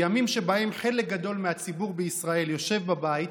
בימים שבהם חלק גדול מהציבור בישראל יושב בבית